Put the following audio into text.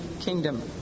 kingdom